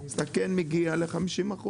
אתה כן מגיע ל-50%.